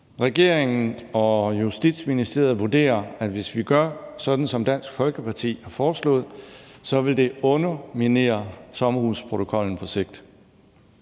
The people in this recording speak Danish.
Regeringen og Justitsministeriet vurderer, at hvis vi gør, sådan som Dansk Folkeparti har foreslået, så vil det underminere sommerhusprotokollen på sigt,